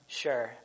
sure